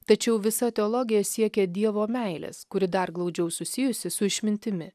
tačiau visa teologija siekia dievo meilės kuri dar glaudžiau susijusi su išmintimi